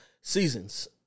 seasons